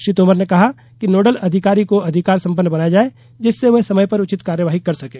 श्री तोमर ने कहा कि नोडल अधिकारी को अधिकार सम्पन्न बनाया जाये जिससे वे समय पर उचित कार्यवाही कर सकें